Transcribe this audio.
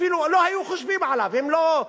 אפילו לא היו חושבים עליו, אם לא,